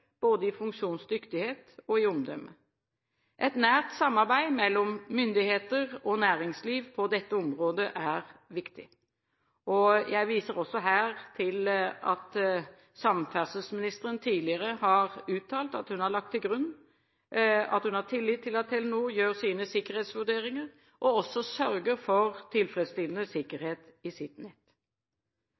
både i funksjonsdyktighet og i omdømme. Et nært samarbeid mellom myndigheter og næringsliv på dette området er viktig. Jeg viser også her til at samferdselsministeren tidligere har uttalt at hun har lagt til grunn at hun har tillit til at Telenor gjør sine sikkerhetsvurderinger og også sørger for en tilfredsstillende sikkerhet i sitt